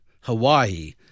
Hawaii